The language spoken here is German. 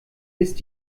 ist